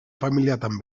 familiatan